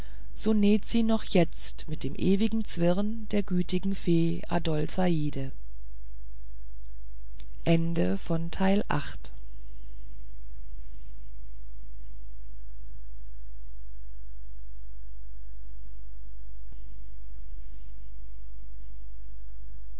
so näht sie noch jetzt mit dem ewigen zwirn der gütigen fee adolzaide